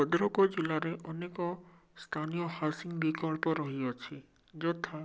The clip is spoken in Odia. ଭଦ୍ରକ ଜିଲ୍ଲାରେ ଅନେକ ସ୍ଥାନୀୟ ହାଉସିଙ୍ଗ ବିକଳ୍ପ ରହିଅଛି ଯଥା